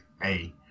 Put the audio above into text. Hey